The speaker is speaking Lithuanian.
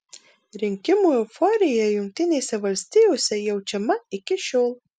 rinkimų euforija jungtinėse valstijose jaučiama iki šiol